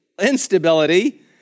instability